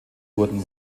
wurden